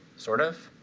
sort of.